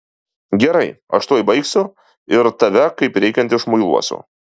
gerai aš tuoj baigsiu ir tave kaip reikiant išmuiluosiu